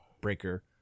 breaker